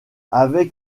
avec